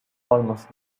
almost